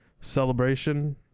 Celebration